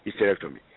hysterectomy